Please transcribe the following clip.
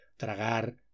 Tragar